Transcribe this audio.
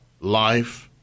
life